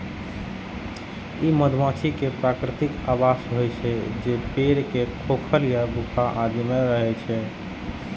ई मधुमाछी के प्राकृतिक आवास होइ छै, जे पेड़ के खोखल या गुफा आदि मे रहै छै